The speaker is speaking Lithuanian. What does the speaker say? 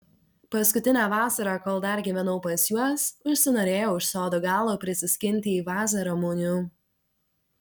paskutinę vasarą kol dar gyvenau pas juos užsinorėjau iš sodo galo prisiskinti į vazą ramunių